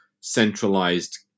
centralized